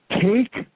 take